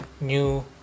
new